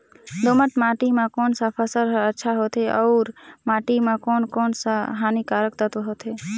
दोमट माटी मां कोन सा फसल ह अच्छा होथे अउर माटी म कोन कोन स हानिकारक तत्व होथे?